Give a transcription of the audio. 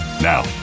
Now